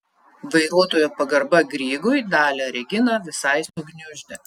vairuotojo pagarba grygui dalią reginą visai sugniuždė